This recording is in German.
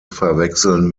verwechseln